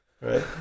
right